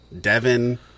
devin